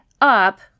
up